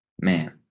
Man